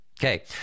Okay